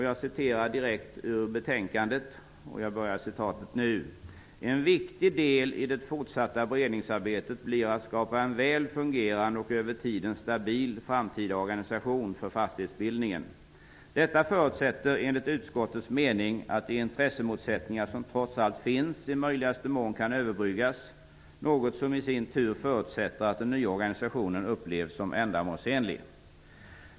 Jag citerar direkt ur betänkandet: ''En viktig del i det fortsatta beredningsarbetet blir att skapa en väl fungerande och över tiden stabil framtida organisation för fastighetsbildningen. Detta förutsätter enligt utskottets mening att de intressemotsättningar som trots allt finns, i möjligaste mån kan överbryggas -- något som i sin tur förutsätter att den nya organisationen upplevs som ändamålsenlig.